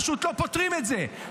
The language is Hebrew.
פשוט לא פותרים את זה.